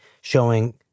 showing